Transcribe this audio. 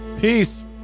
Peace